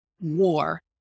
war